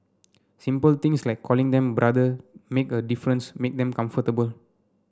simple things like calling them 'brother' make a difference make them comfortable